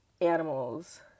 animals